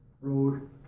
road